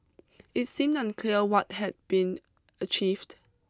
it seemed unclear what had been achieved